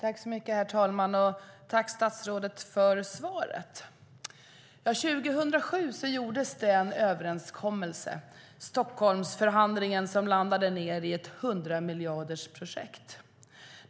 Herr talman! Tack, statsrådet, för svaret! År 2007 gjordes en överenskommelse, Stockholmsförhandlingen, som ledde fram till ett 100-miljardersprojekt.